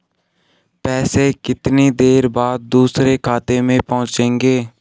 पैसे कितनी देर बाद दूसरे खाते में पहुंचेंगे?